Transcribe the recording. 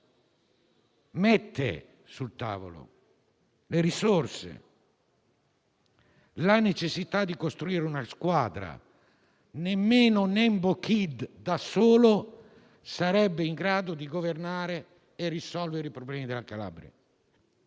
risorse; dopodiché, la necessità di costruire una squadra. Nemmeno Nembo Kid da solo sarebbe in grado di governare e risolvere i problemi della Calabria;